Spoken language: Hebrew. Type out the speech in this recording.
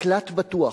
"מקלט בטוח".